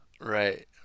Right